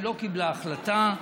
היא לא קיבלה החלטה,